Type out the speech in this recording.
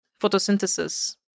photosynthesis